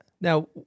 now